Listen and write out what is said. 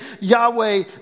Yahweh